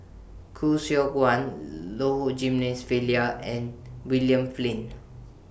Khoo Seok Wan Low Jimenez and William Flint